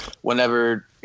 whenever